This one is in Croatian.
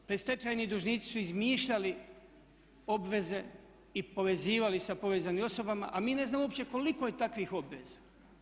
Predstečajni dužnici su izmišljali obveze i povezivali sa povezanim osobama a mi ne znamo uopće koliko je takvih obaveza.